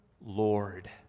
Lord